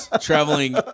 Traveling